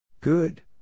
Good